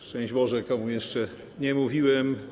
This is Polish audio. Szczęść Boże, komu jeszcze nie mówiłem.